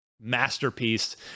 masterpiece